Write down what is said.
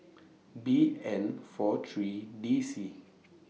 B N four three D C